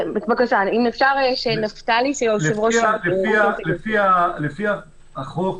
לפי החוק,